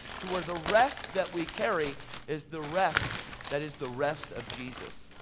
to where the rest that we carry is the rest that is the rest of jesus.